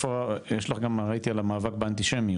ראיתי שיש לך גם על המאבק באנטישמיות.